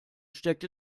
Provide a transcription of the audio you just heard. steckte